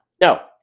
No